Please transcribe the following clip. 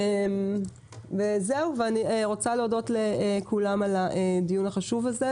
אני רוצה להודות לכולם על הדיון החשוב הזה,